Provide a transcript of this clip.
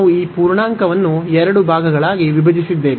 ನಾವು ಈ ಪೂರ್ಣಾಂಕವನ್ನು ಎರಡು ಭಾಗಗಳಾಗಿ ವಿಭಜಿಸಿದ್ದೇವೆ